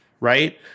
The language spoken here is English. right